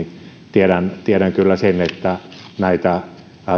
tiedän tiedän kyllä sen että näitä